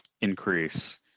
increase